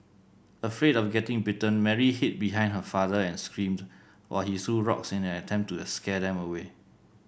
afraid of getting bitten Mary hid behind her father and screamed while he threw rocks in an attempt to scare them away